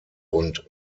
und